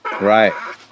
right